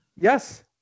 Yes